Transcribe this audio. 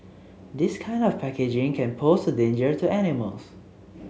this kind of packaging can pose a danger to animals